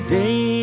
day